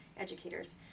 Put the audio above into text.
educators